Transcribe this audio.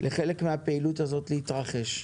לחלק מהפעילות הזאת להתרחש.